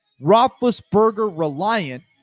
Roethlisberger-reliant